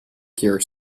here